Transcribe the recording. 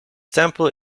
temple